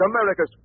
America's